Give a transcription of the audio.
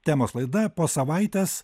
temos laida po savaitės